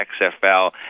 XFL